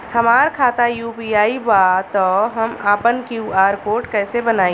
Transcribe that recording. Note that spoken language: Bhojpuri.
हमार खाता यू.पी.आई बा त हम आपन क्यू.आर कोड कैसे बनाई?